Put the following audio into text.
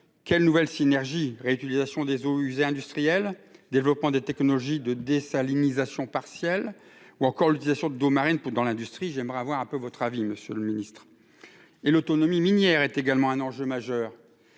de nouvelles synergies pour la réutilisation des eaux usées industrielles, le développement des technologies de désalinisation partielle ou encore l'utilisation d'eau marine dans l'industrie ? Je souhaiterais connaître votre avis sur ces différentes pistes. L'autonomie minière est également un enjeu majeur.